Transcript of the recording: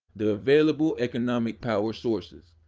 the available economic power sources,